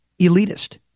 elitist